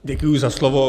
Děkuji za slovo.